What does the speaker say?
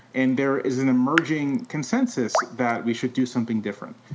and there is an emerging consensus that we should do something different.